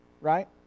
right